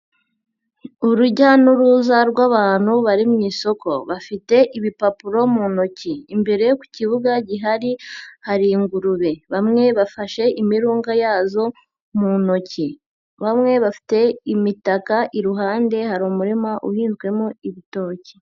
Urujya n'uruza rw'abantu bari mu isoko, bafite ibipapuro mu ntoki, imbere ku kibuga gihari hari ingurube, bamwe bafashe imirunga yazo mu ntoki, bamwe bafite imitaka iruhande hari umurima uhinzwemo ibitoki.